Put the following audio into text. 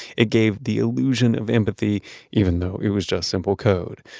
it gave the illusion of empathy even though it was just simple code.